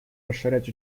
расширять